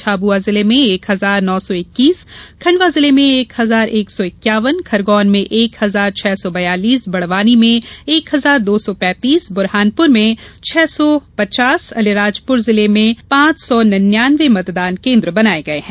झाबुआ जिले में एक हजार नौ सौ इक्कीस खंडवा जिले में एक हजार एक सौ इक्यावन खरगोन जिले में एक हजार छह सौ बयालिस बड़वानी जिले में एक हजार दो सौ पेंतीस बुरहानपुर जिले में छह सौ पचास अलिराजपुर जिले में पांच सौ निन्यानवे मतदान केन्द्र बनाये गये हैं